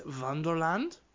wonderland